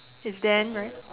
it's ben right